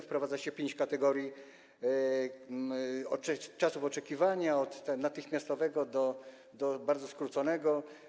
Wprowadza się pięć kategorii czasu oczekiwania: od natychmiastowego do bardzo skróconego.